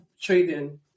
trading